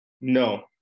No